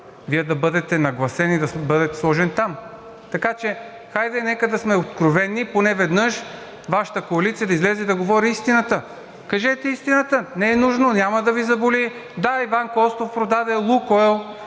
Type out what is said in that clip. Вие да бъдете нагласен и да бъдете сложен там. Така че, хайде, нека да сме откровени, поне веднъж Вашата коалиция да излезе и да говори истината. Кажете истината, не е нужно, няма да Ви заболи. Да, Иван Костов продаде „Лукойл“.